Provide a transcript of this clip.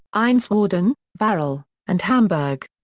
einswarden, varel, and hamburg.